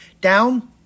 Down